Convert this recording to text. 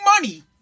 money